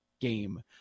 game